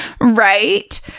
Right